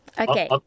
Okay